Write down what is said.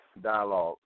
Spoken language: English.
dialogue